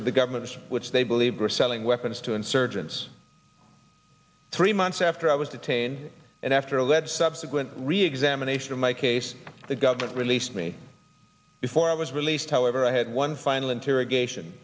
of the government which they believed were selling weapons to insurgents three months after i was detained and after alleged subsequent reexamination of my case the government released me before i was released however i had one final interrogation